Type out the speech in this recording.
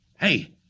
hey